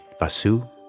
Vasu